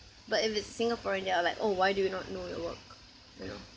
but if it's singaporean they are like oh why do you not your work you know